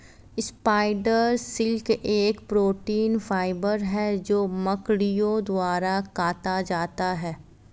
spider silk एक protein fibre है जो मकड़ियों द्वारा काता जाता है